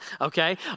okay